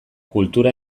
kultura